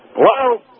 Hello